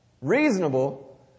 Reasonable